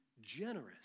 generous